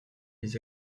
les